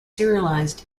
serialized